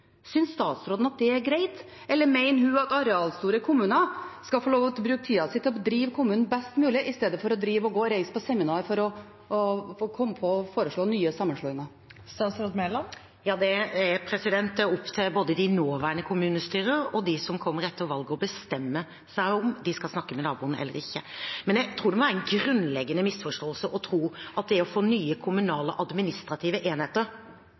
statsråden det er greit, eller mener hun at arealstore kommuner skal få lov til å bruke tida si til å drive kommunen best mulig istedenfor å drive å reise på seminarer for å komme på og foreslå nye sammenslåinger? Det er opp til både de nåværende kommunestyrene og de som kommer etter valget, å bestemme om de skal snakke med naboen eller ikke. Men det må være en grunnleggende misforståelse å tro at det å få nye kommunale administrative enheter